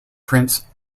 prince